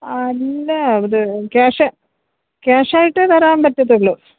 അല്ലാ ഇത് ക്യാഷ് ക്യാഷായിട്ടേ തരാന് പറ്റത്തുളളൂ